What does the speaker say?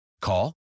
Call